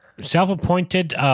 self-appointed